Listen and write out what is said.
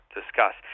discuss